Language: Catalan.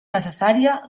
necessària